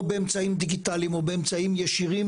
או באמצעים דיגיטליים או באמצעים ישירים.